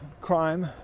Crime